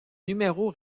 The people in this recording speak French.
numéros